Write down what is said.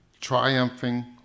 triumphing